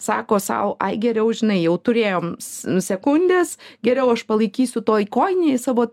sako sau ai geriau žinai jau turėjom s sekundės geriau aš palaikysiu toj kojinėj savo